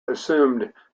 assumed